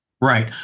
Right